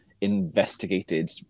investigated